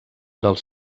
dels